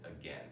again